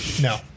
No